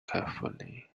carefully